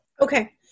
Okay